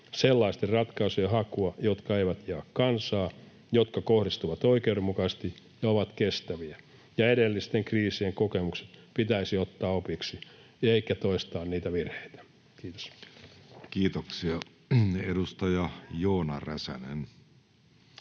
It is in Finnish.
sellaisten ratkaisujen hakua, jotka eivät jaa kansaa, jotka kohdistuvat oikeudenmukaisesti ja ovat kestäviä. Edellisten kriisien kokemukset pitäisi ottaa opiksi eikä toistaa niitä virheitä. — Kiitos. [Speech 157] Speaker: